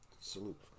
salute